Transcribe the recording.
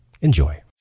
Enjoy